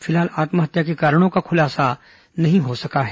फिलहाल आत्महत्या के कारणों का खुलासा नहीं हो पाया है